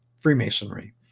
Freemasonry